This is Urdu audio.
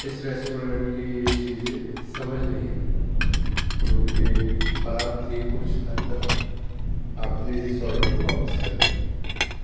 اس ریسٹورنٹ کی چیزیں سمجھ نہیں آئیں جو کہ خراب تھی کچھ حد تک آپ پلیز اس آرڈر کو واپس کر لیجیے